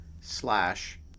slash